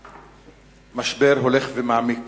שהמשבר הולך ומעמיק,